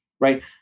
right